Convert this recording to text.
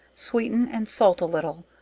sweeten and salt a little,